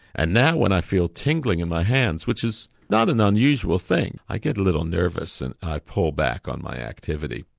and now when i feel tingling in my hands, which is not an unusual thing, i get a little nervous and i pull back on my activity.